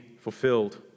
fulfilled